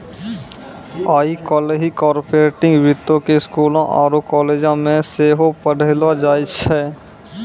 आइ काल्हि कार्पोरेट वित्तो के स्कूलो आरु कालेजो मे सेहो पढ़ैलो जाय छै